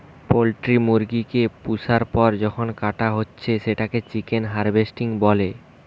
poultry মুরগি কে পুষার পর যখন কাটা হচ্ছে সেটাকে চিকেন হার্ভেস্টিং বলে